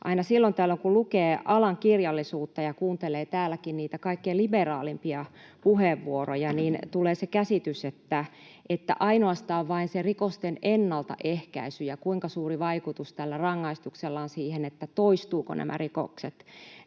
Aina silloin tällöin, kun lukee alan kirjallisuutta ja kuuntelee täälläkin niitä kaikkein liberaaleimpia puheenvuoroja, tulee se käsitys, että ainoastaan se rikosten ennaltaehkäisy ja se, kuinka suuri vaikutus tällä rangaistuksella on siihen, toistuvatko nämä rikokset,